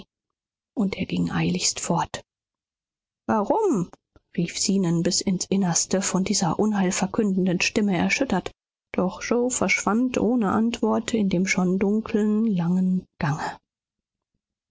und er ging eiligst fort warum rief zenon bis ins innerste von dieser unheilverkündenden stimme erschüttert doch yoe verschwand ohne antwort in dem schon dunkeln langen gange